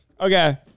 Okay